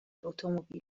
اتومبیل